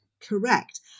Correct